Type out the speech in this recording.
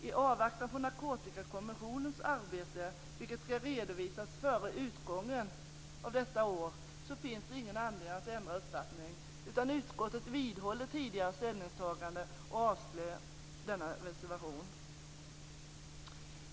I avvaktan på Narkotikakommissionens arbete, vilket ska redovisas före utgången av detta år, finns det ingen anledning att ändra uppfattning. Utskottet vidhåller sitt tidigare ställningstagande och avslår denna reservation.